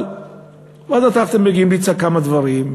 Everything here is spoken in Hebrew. אבל ועדת טרכטנברג המליצה כמה דברים,